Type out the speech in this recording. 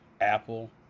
Apple